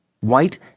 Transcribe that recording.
White